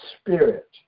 spirit